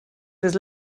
was